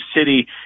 city